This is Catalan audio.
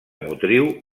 motriu